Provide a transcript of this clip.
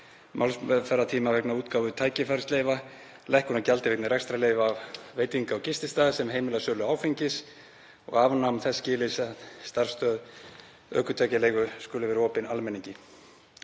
málsmeðferðartíma vegna útgáfu tækifærisleyfa, lækkun á gjaldi vegna rekstrarleyfa veitinga- og gististaða sem heimila sölu áfengis og afnám þess skilyrðis að starfsstöð ökutækjaleigu skuli vera opin almenningi.